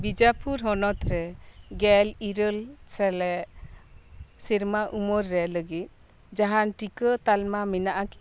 ᱵᱤᱡᱟᱯᱩᱨ ᱦᱚᱱᱚᱛ ᱨᱮ ᱜᱮᱞ ᱤᱨᱟᱹᱞ ᱥᱮᱞᱮᱫ ᱥᱮᱨᱢᱟ ᱩᱢᱮᱨ ᱨᱮ ᱞᱟᱹᱜᱤᱫ ᱡᱟᱦᱟᱱ ᱴᱤᱠᱟᱹ ᱛᱟᱞᱢᱟ ᱢᱮᱱᱟᱜᱼᱟ ᱠᱤ